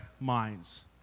minds